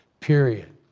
period,